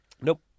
Nope